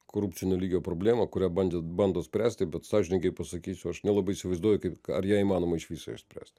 korupcinio lygio problema kurią bandė bando spręsti bet sąžiningai pasakysiu aš nelabai įsivaizduoju kaip ją įmanoma iš viso išspręst